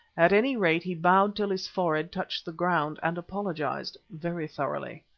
at any rate, he bowed till his forehead touched the ground, and apologised very thoroughly.